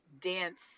dance